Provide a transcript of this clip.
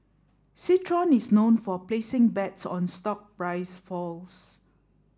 citron is known for placing bets on stock price falls